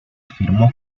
afirmó